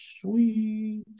Sweet